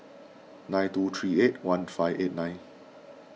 nine two three eight one five eight nine